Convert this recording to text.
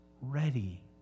ready